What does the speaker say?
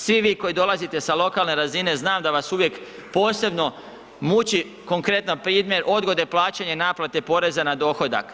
Svi vi koji dolazite sa lokalne razine znam da vas uvijek posebno muči, konkretan primjer, odgode plaćanja i naplate poreza na dohodak.